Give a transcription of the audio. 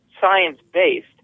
science-based